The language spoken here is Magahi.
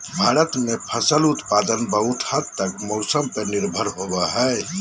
भारत में फसल उत्पादन बहुत हद तक मौसम पर निर्भर होबो हइ